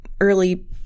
early